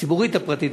הציבורית הפרטית,